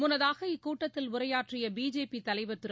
முன்னதாக இக்கூட்டத்தில் உரையாற்றிய பிஜேபி தலைவர் திரு